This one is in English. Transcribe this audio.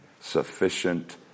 sufficient